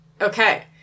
Okay